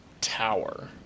tower